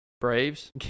Braves